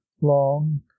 long